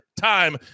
time